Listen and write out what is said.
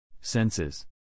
Senses